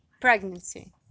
pregnancy